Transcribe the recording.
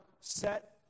set